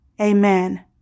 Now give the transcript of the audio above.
amen